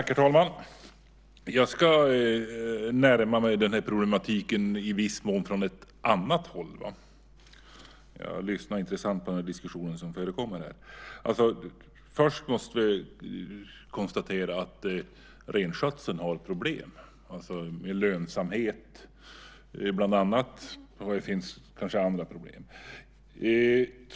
Herr talman! Jag ska i viss mån närma mig problematiken från ett annat håll. Med intresse har jag lyssnat på diskussionen här. Först måste vi konstatera att renskötseln har problem med lönsamheten. Kanske finns det också andra problem.